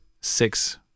six